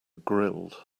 grilled